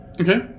Okay